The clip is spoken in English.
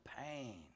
pain